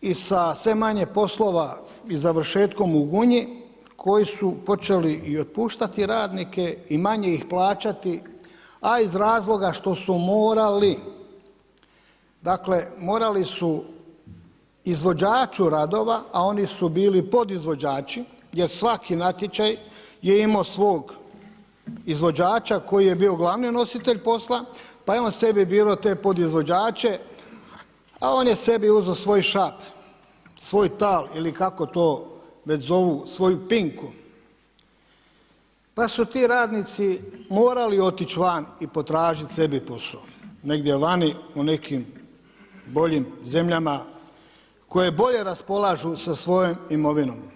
i sa sve manje poslova i završetkom u Gunji, koji su počeli i otpuštati radnike i mane ih plaćati a iz razloga što su morali dakle, morali su izvođaču radova a oni su podizvođači jer svaki natječaj je imao svog izvođača koji je bio glavni nositelj posla, pa je on sebi birao te podizvođače a on je sebi uzeo svoj šap, svoj tal ili kako to već zovu, svoju pinku, pa su ti radnici morali otići van i potražiti sebi posao, negdje vani u nekim boljim zemljama koje bolje raspolažu sa svojom imovinom.